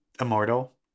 Immortal